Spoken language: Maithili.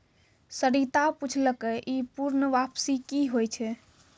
सरिता पुछलकै ई पूर्ण वापसी कि होय छै?